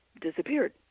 disappeared